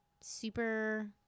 super